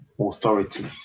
authority